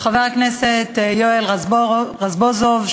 חבר הכנסת יואל רזבוזוב,